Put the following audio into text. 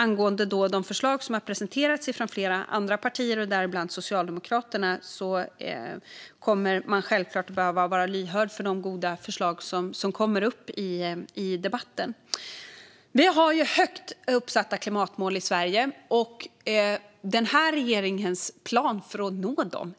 Angående de förslag som har presenterats av flera andra partier, däribland Socialdemokraterna, kommer man självklart att behöva vara lyhörd för de goda förslag som kommer upp i debatten. Vi har högt satta klimatmål i Sverige, och den här regeringens plan för att nå dem